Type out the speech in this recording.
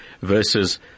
versus